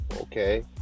Okay